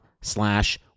slash